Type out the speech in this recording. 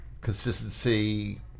consistency